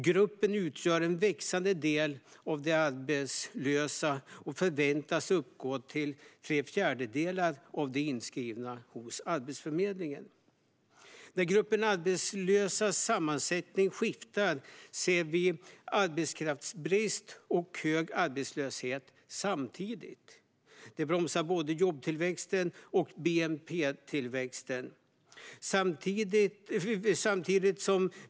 Gruppen utgör en växande andel av de arbetslösa och förväntas uppgå till tre fjärdedelar av de inskrivna hos Arbetsförmedlingen. När sammansättningen av gruppen arbetslösa skiftar ser vi arbetskraftsbrist och hög arbetslöshet samtidigt. Det bromsar både jobbtillväxten och bnp-tillväxten.